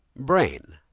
brain,